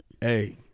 Hey